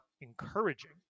encouraging